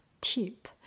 tip